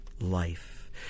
life